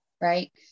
right